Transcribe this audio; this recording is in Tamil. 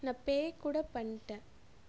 நான் பே கூட பண்ணிட்டேன்